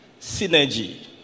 synergy